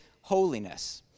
holiness